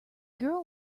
girl